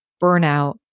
burnout